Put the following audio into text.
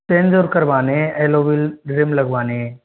change और करवाने है एलोवेल लगवाने है